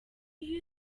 you